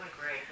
great